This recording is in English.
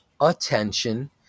attention